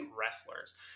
wrestlers